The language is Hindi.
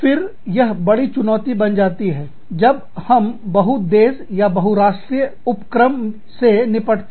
फिर यह बड़ी चुनौती बन जाती है जब हम बहु देश या बहुराष्ट्रीय उपक्रमों से निपटते हैं